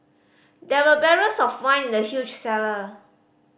there were barrels of wine in the huge cellar